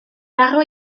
farw